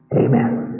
Amen